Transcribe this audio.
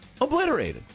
obliterated